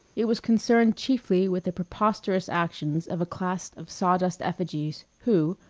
it was concerned chiefly with the preposterous actions of a class of sawdust effigies who,